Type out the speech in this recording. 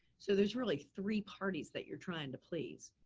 so there's really three parties that you're trying to please,